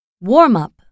warm-up